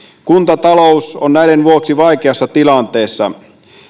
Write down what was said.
kuntatalous on näiden vuoksi vaikeassa tilanteessa